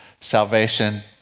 salvation